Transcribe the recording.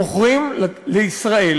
מוכרים לישראל,